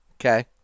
Okay